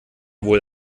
wohl